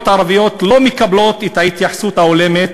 הערביות לא מקבלות את ההתייחסות ההולמת